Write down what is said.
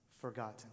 forgotten